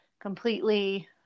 completely